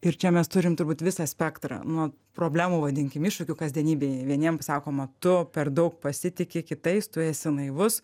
ir čia mes turim turbūt visą spektrą nuo problemų vadinkim iššūkių kasdienybėje vieniem sakoma tu per daug pasitiki kitais tu esi naivus